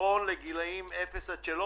פתרון לגילאי אפס עד שלוש.